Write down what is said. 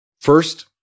first